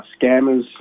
scammers